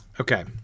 okay